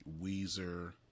Weezer